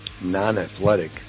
non-athletic